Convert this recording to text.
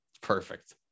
Perfect